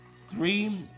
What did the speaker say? three